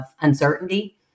uncertainty